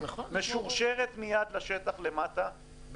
משורשרת מייד לשטח למטה,